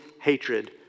hatred